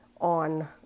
on